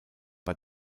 bei